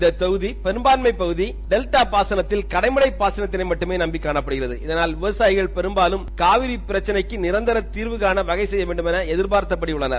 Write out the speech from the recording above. இந்த தொகுதி பெரும்பாள்மை பகுதி டெல்டா பாசனத்தில் கடமடை பாசனத்தினை மட்டுமே நம்பி காணப்படுகிறது இதனால் விவனயிகள் பெரும்பாலும் காலிரி பிரச்சினைக்கு நிரந்தா தீர்வுகான வகை செய்யவேண்டும் என எதிர்ப்பார்த்த டி உள்ளனர்